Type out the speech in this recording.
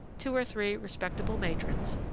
two or three respectable matrons,